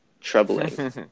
troubling